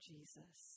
Jesus